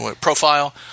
Profile